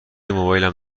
موبایلم